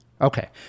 Okay